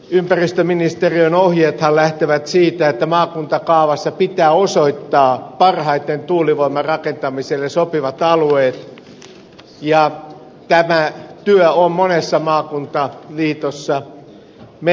ympäristöministeriön ohjeethan lähtevät siitä että maakuntakaavassa pitää osoittaa parhaiten tuulivoimarakentamiselle sopivat alueet ja tämä työ on monessa maakuntaliitossa menossa